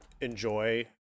enjoy